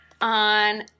on